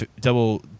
double